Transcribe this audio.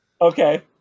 Okay